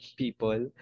people